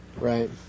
Right